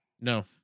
No